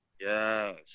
Yes